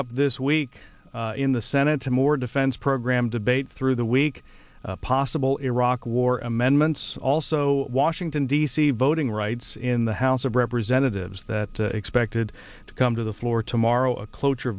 up this week in the senate to more defense program debate through the week a possible iraq war amendments also washington d c voting rights in the house of representatives that expected to come to the floor tomorrow a cloture